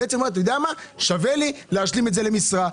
היא אומרת: שווה לי להשלים את זה למשרה.